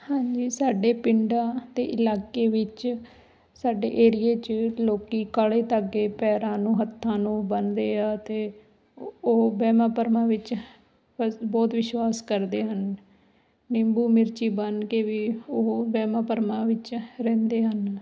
ਹਾਂਜੀ ਸਾਡੇ ਪਿੰਡਾਂ ਅਤੇ ਇਲਾਕੇ ਵਿੱਚ ਸਾਡੇ ਏਰੀਏ 'ਚ ਲੋਕੀ ਕਾਲੇ ਧਾਗੇ ਪੈਰਾਂ ਨੂੰ ਹੱਥਾਂ ਨੂੰ ਬੰਨਦੇ ਆ ਅਤੇ ਉਹ ਵਹਿਮਾਂ ਭਰਮਾਂ ਵਿੱਚ ਬਸ ਬਹੁਤ ਵਿਸ਼ਵਾਸ ਕਰਦੇ ਹਨ ਨਿੰਬੂ ਮਿਰਚੀ ਬੰਨ ਕੇ ਵੀ ਉਹ ਵਹਿਮਾਂ ਭਰਮਾਂ ਵਿੱਚ ਰਹਿੰਦੇ ਹਨ